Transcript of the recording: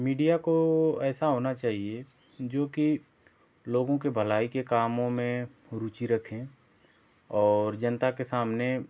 media को ऐसा होना चाहिए जो कि लोगों के भलाई के कामों में रुचि रखे और जनता के सामने